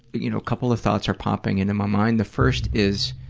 you know a couple of thoughts are popping into my mind. the first is,